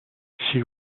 she